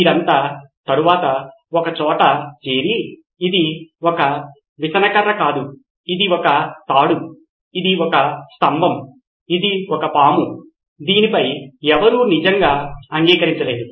వీరంతా తరువాత ఒకచోట చేరి ఇది ఒక విసన కర్ర కాదు ఇది ఒక తాడు ఇది ఒక స్తంభం ఇది ఒక పాము దీనిపై ఎవరూ నిజంగా అంగీకరించలేదు